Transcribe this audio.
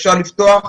אפשר לפתוח.